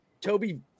Toby